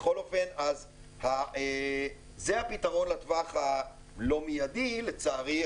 בכל אופן זה הפתרון לטווח הלא מידי לצערי,